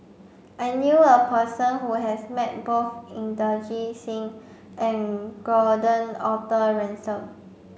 I knew a person who has met both Inderjit Singh and Gordon Arthur Ransome